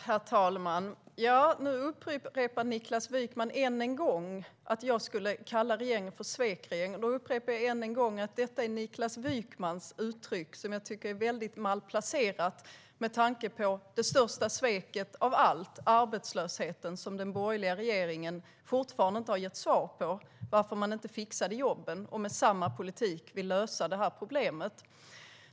Herr talman! Nu upprepar Niklas Wykman än en gång att jag skulle kalla regeringen för svekregering. Då upprepar jag än en gång att det är Niklas Wykmans uttryck. Jag tycker att det är malplacerat med tanke på det största sveket av alla: arbetslösheten och att vi fortfarande inte har fått svar på varför den borgerliga regeringen inte fixade jobben. Och nu vill ni lösa problemet med samma politik.